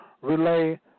relay